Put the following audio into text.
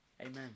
Amen